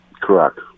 Correct